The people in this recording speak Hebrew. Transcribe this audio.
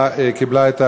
בבקשה, אדוני.